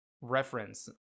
reference